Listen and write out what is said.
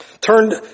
turned